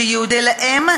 הייעודי לאם,